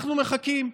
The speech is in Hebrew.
אנחנו מחכים.